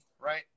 right